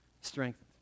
strengthened